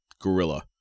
Gorilla